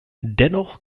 dennoch